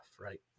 right